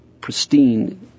pristine